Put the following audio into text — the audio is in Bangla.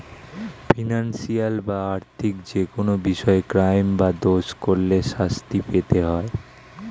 ফিনান্সিয়াল বা আর্থিক যেকোনো বিষয়ে ক্রাইম বা দোষ করলে শাস্তি পেতে হয়